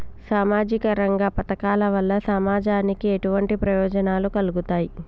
సామాజిక రంగ పథకాల వల్ల సమాజానికి ఎటువంటి ప్రయోజనాలు కలుగుతాయి?